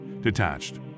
Detached